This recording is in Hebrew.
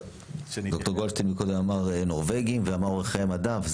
ד"ר גולדשטיין מקודם אמר נורווגים ואמר אורך חיי מדף.